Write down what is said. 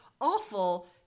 awful